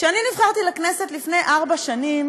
כשאני נבחרתי לכנסת לפני ארבע שנים